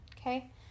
Okay